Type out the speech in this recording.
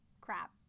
crap